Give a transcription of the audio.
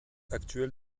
actuel